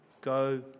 go